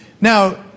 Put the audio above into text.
Now